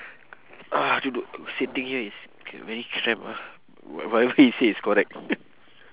!aduh! wait sitting here is very cram ah whatever he say is correct